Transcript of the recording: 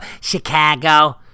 Chicago